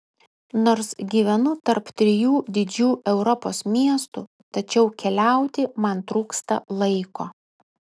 nors gyvenu tarp trijų didžių europos miestų tačiau keliauti man trūksta laiko